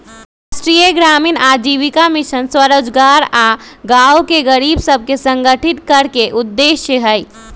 राष्ट्रीय ग्रामीण आजीविका मिशन स्वरोजगार आऽ गांव के गरीब सभके संगठित करेके उद्देश्य हइ